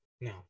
No